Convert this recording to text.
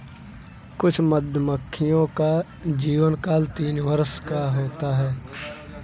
कुछ मधुमक्खियों का जीवनकाल तीन वर्ष का होता है